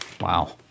wow